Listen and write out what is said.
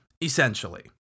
Essentially